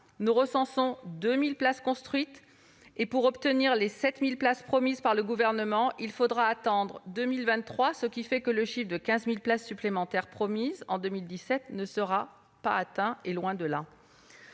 Nous recensons 2 000 places construites. Pour obtenir les 7 000 places promises par le Gouvernement, il faudra attendre 2023. Ainsi, l'objectif des 15 000 places supplémentaires promises en 2017 ne sera pas atteint, loin de là.